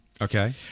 Okay